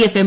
F M